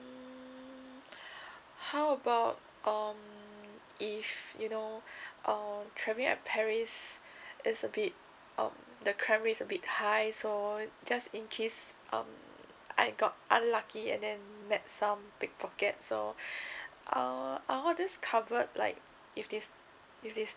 mm how about um if you know uh travelling at paris is a bit um the crime rate is a bit high so just in case um I got unlucky and then met some pick pocket so uh are all these covered like if this if they